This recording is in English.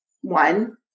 one